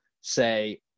say